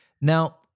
Now